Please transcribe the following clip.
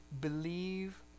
believe